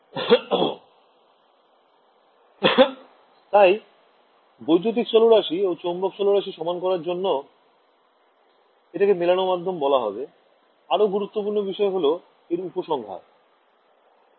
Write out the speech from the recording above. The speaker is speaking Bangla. →→ তাইযখন electrical parameter ও magnetic parameterসমান করা হবে এটাকে matched medium বলা হবে আর তখন গুরুত্বপূর্ণ উপসংহার পাওয়া যাবে